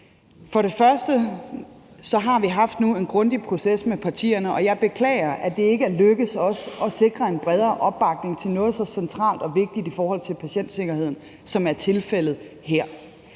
For det første har vi nu haft en grundig proces med partierne, og jeg beklager, at det ikke er lykkedes os at sikre en bredere opbakning til noget så centralt og vigtigt for patientsikkerheden, som er tilfældet her.